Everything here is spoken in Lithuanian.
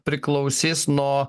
priklausys nuo